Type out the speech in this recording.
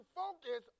focus